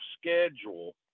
schedule